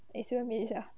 I still miss sia